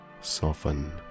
soften